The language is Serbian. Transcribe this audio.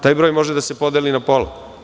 Taj broj može da se podeli na pola.